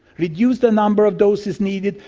reduce the number of doses needed.